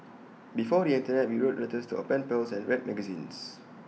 before the Internet we wrote letters to our pen pals and read magazines